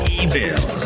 evil